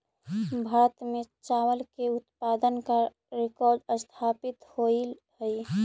भारत में चावल के उत्पादन का रिकॉर्ड स्थापित होइल हई